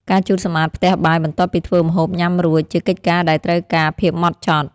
ការជូតសម្អាតផ្ទះបាយបន្ទាប់ពីធ្វើម្ហូបញ៉ាំរួច ជាកិច្ចការដែលត្រូវការភាពហ្មត់ចត់។